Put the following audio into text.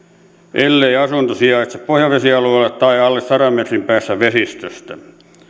ellei asunto sijaitse pohjavesialueella tai alle sadan metrin päässä vesistöstä